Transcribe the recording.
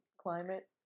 climate